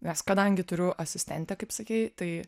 nes kadangi turiu asistentę kaip sakei tai